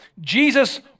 Jesus